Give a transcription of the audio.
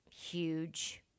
huge